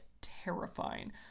Terrifying